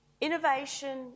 Innovation